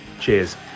Cheers